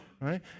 right